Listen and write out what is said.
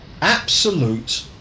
absolute